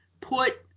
put